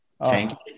tank